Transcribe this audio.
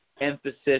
emphasis